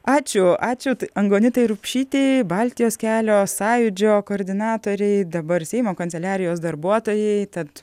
ačiū ačiū angonitai rupšytei baltijos kelio sąjūdžio koordinatorei dabar seimo kanceliarijos darbuotojai tad